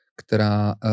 která